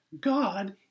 God